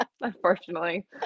Unfortunately